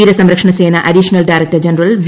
തീരസംരക്ഷണ സേന additional director general V